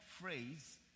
phrase